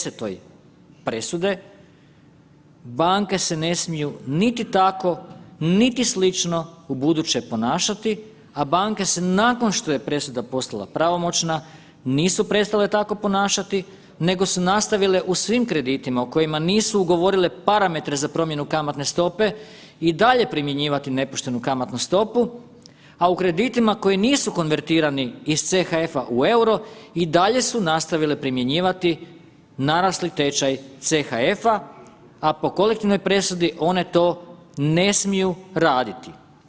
10. presude, banke se ne smiju niti tako, niti slično ubuduće ponašati, a banke se nakon što je presuda postala pravomoćna nisu prestale tako ponašati, nego su nastavile u svim kreditima u kojima nisu ugovorile parametre za promjenu kamatne stope i dalje primjenjivati nepoštenu kamatnu stopu, a u kreditima koji nisu konvertirani iz CHF-a u EUR-o i dalje su nastavile primjenjivati narasli tečaj CHF-a, a po kolektivnoj presudi one to ne smiju raditi.